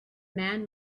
man